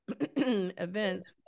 events